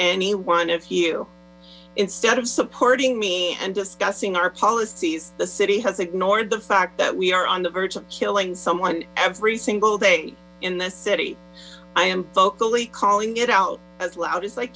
any one of you instead of supporting me and discussing our policies the city has ignored the fact that we are on the verge of killing someone every single day in this city i am vocally calling out as loud as